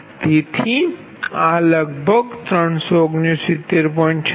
તેથી આ લગભગ 369